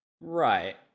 Right